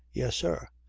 yes, sir.